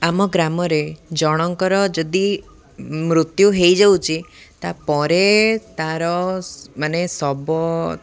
ଆମ ଗ୍ରାମରେ ଜଣଙ୍କର ଯଦି ମୃତ୍ୟୁ ହେଇଯାଉଛି ତା'ପରେ ତା'ର ମାନେ ଶବ